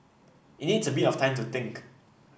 it needs a bit of time to think